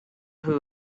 who